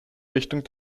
richtung